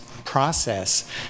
Process